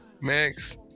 Max